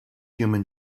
human